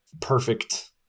perfect